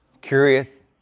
curious